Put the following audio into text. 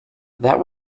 that